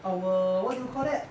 our what do you call that